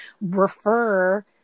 refer